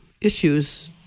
issues